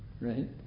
Right